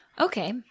Okay